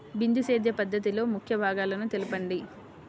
బిందు సేద్య పద్ధతిలో ముఖ్య భాగాలను తెలుపండి?